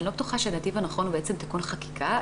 אני לא בטוחה שהנתיב הנכון הוא תיקון חקיקה,